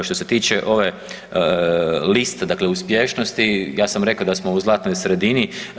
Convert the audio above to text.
Što se tiče ove liste dakle uspješnosti ja sam rekao da smo u zlatnoj sredini.